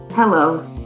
Hello